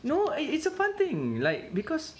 no it's a fun thing like because